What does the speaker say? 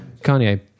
Kanye